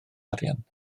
arian